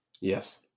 Yes